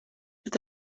pat